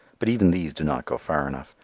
but even these do not go far enough.